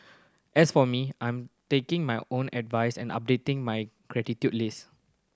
as for me I am taking my own advice and updating my gratitude list